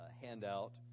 handout